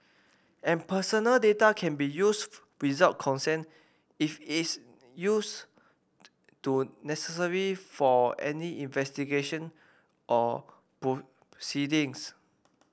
and personal data can be used without consent if its use to necessary for any investigation or proceedings